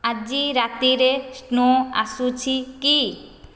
ଆଜି ରାତିରେ ସ୍ନୋ ଆସୁଛି କି